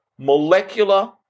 Molecular